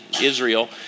Israel